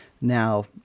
now